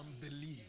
believe